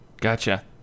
Gotcha